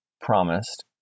promised